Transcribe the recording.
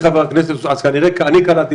יש גם הרבה רשויות אחרות, שכונות שלמות,